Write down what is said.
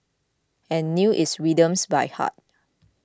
and knew its rhythms by heart